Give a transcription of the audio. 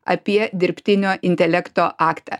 apie dirbtinio intelekto aktą